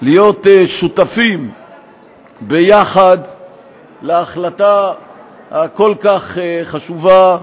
ולהיות שותפים יחד להחלטה הכל-כך חשובה,